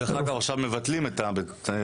דרך אגב, עכשיו מבטלים את רומניה.